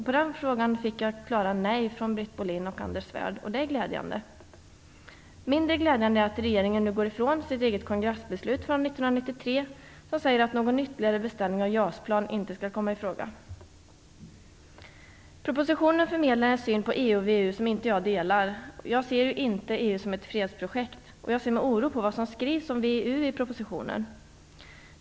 På den frågan fick jag klara nej från Britt Bohlin och Anders Svärd. Det är glädjande. Mindre glädjande är att regeringen nu går ifrån sitt eget kongressbeslut från 1993 som säger att någon ytterligare beställning av JAS-plan inte skall komma i fråga. Propositionen förmedlar en syn på EU och VEU som jag inte delar. Jag ser inte EU som ett fredsprojekt. Jag ser med oro på vad som skrivs om VEU i propositionen.